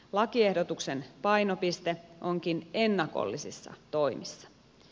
lakiehdotuksen painopiste onkin ennakollisissa toimissa